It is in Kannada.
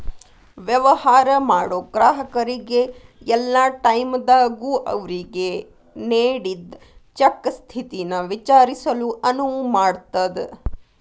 ವ್ಯವಹಾರ ಮಾಡೋ ಗ್ರಾಹಕರಿಗೆ ಯಲ್ಲಾ ಟೈಮದಾಗೂ ಅವ್ರಿಗೆ ನೇಡಿದ್ ಚೆಕ್ ಸ್ಥಿತಿನ ವಿಚಾರಿಸಲು ಅನುವು ಮಾಡ್ತದ್